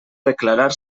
declarar